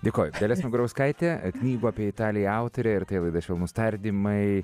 dėkoju dalia smagurauskaitė knygų apie italiją autorė ir tai laida švelnūs tardymai